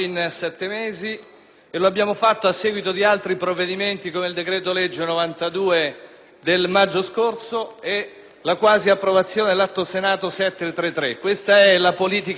in sette mesi, a seguito di altri provvedimenti, come il decreto-legge n. 92 del maggio scorso e la quasi approvazione dell'Atto Senato n. 733. Questa è la politica dei fatti della